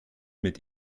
mit